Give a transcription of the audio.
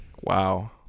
wow